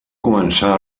començar